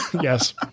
Yes